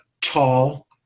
tall